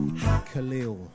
Khalil